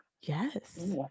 yes